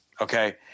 okay